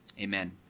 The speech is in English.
Amen